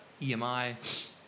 EMI